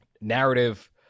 narrative